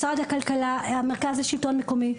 משרד הכלכלה, המרכז לשלטון מקומי,